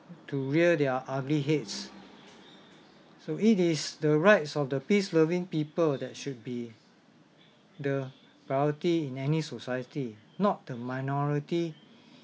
to rear their ugly heads so it is the rights of the peace loving people that should be the priority in any society not the minority